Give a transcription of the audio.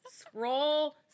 scroll